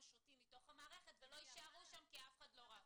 השוטים מתוך המערכת ולא יישארו שם כי אף אחד לא ראה.